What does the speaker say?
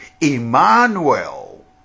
Emmanuel